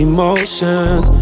Emotions